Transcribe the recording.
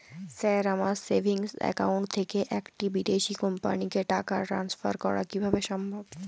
Sir আমার savings account থেকে একটি বিদেশি কোম্পানিকে টাকা ট্রান্সফার করা কীভাবে সম্ভব?